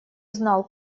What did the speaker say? знал